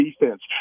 defense